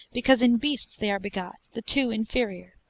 because in beasts they are begot, the two inferior